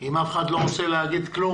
אם אף אחד לא רוצה לומר כלום,